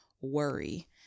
worry